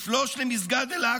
לפלוש למסגד אל-אקצא,